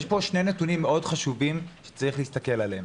יש פה שני נתונים מאוד חשובים שצריך להסתכל עליהם: